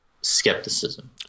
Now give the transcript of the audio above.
skepticism